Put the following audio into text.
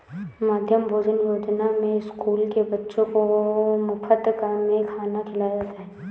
मध्याह्न भोजन योजना में स्कूल के बच्चों को मुफत में खाना खिलाया जाता है